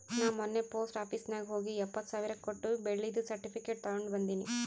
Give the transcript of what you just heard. ನಾ ಮೊನ್ನೆ post office ನಾಗ್ ಹೋಗಿ ಎಪ್ಪತ್ ಸಾವಿರ್ ಕೊಟ್ಟು ಬೆಳ್ಳಿದು ಸರ್ಟಿಫಿಕೇಟ್ ತಗೊಂಡ್ ಬಂದಿನಿ